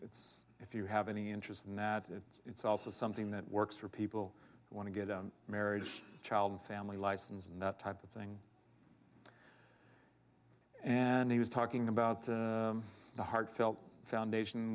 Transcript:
it's if you have any interest in that it's also something that works for people who want to get marriage child and family license and that type of thing and he was talking about the heartfelt foundation